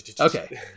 Okay